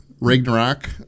Ragnarok